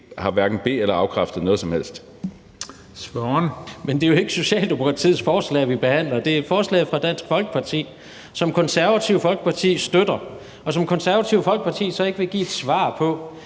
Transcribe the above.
Spørgeren. Kl. 16:22 Jens Rohde (KD): Men det er jo ikke Socialdemokratiets forslag, vi behandler. Det er et forslag fra Dansk Folkeparti, som Det Konservative Folkeparti støtter, og hvor Det Konservative Folkeparti så ikke vil give et svar på,